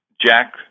Jack